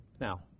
Now